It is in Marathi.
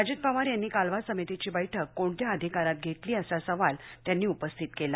अजित पवार यांनी कालवा समितीची बैठक कोणत्या अधिकारात घेतली असा सवाल त्यांनी उपस्थित केला